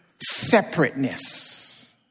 separateness